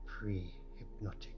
pre-hypnotic